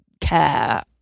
care